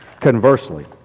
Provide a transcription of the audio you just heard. Conversely